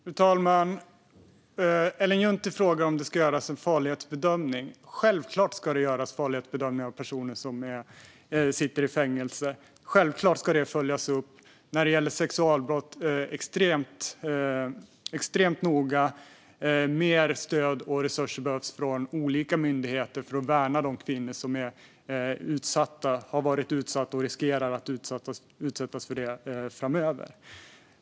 Fru talman! Ellen Juntti frågar om det ska göras en farlighetsbedömning. Självklart ska det göras farlighetsbedömningar av personer som sitter i fängelse. Självklart ska det följas upp. När det gäller sexualbrott är det extremt noga. Mer stöd och resurser behövs från olika myndigheter för att värna de kvinnor som har varit utsatta och riskerar att utsättas framöver.